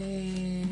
אוקיי.